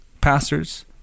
pastors